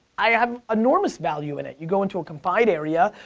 i have enormous value in it. you go into a confined area,